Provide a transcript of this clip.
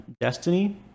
Destiny